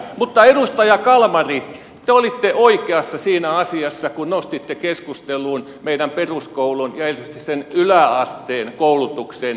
mutta edustaja kalmari te olitte oikeassa siinä asiassa kun nostitte keskusteluun meidän peruskoulun ja erityisesti sen yläasteen koulutuksen kehittämisen